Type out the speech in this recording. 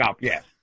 yes